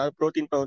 protein